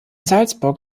salzburg